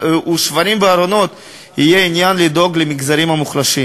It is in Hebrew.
ושברים בארונות יהיה עניין לדאוג למגזרים המוחלשים.